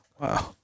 Wow